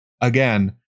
again